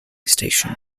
station